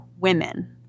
women